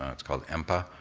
um it's called empa,